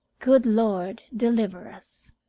good lord, deliver us